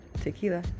tequila